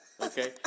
Okay